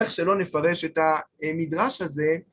איך שלא נפרש את המדרש הזה.